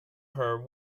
her